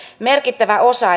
merkittävä osa